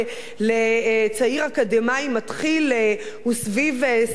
לצעיר אקדמאי מתחיל הוא סביב שכר המינימום,